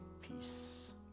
peace